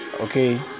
okay